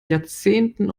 jahrzehnten